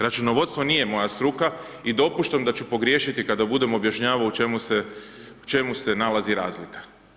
Računovodstvo nije moja struka i dopuštam da ću pogriješiti, kada budem objašnjavao u čemu se nalazi razlika.